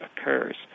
occurs